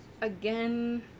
again